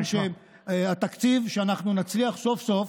התקציב, שנצליח סוף-סוף,